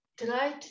tried